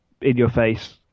in-your-face